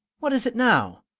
what is it now?